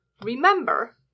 Remember